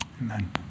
Amen